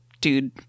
Dude